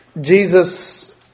Jesus